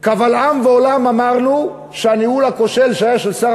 קבל עם ועולם אמרנו שהניהול הכושל של שר